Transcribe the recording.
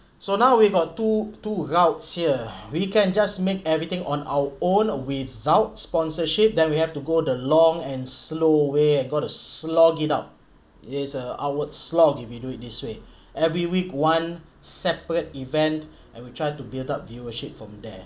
so now we've got two two routes here we can just make everything on our own without sponsorship then you have to go the long and slow way I got a slog it out it's a outward slug if we do it this way every week one separate event and we try to build up viewership from there